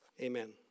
Amen